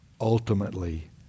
ultimately